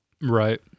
Right